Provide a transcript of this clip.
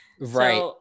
Right